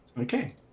Okay